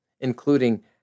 including